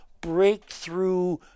breakthrough